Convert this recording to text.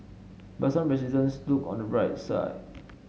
but some residents look on the bright side